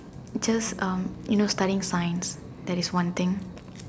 just um you know studying science that is one thing